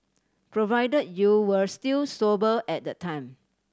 provided you were still sober at the time